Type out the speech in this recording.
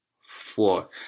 four